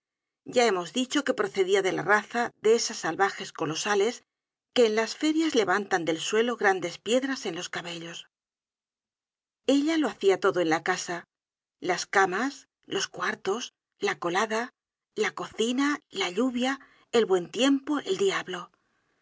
ya hemos dicho que procedia de la raza de esas salvajes colosales que en las ferias levantan del suelo grandes piedras con los cabellos ella lo hacia todo en la casa las camas los cuartos la colada la cocina la lluvia el buen tiempo el diablo